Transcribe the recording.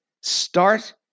start